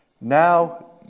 now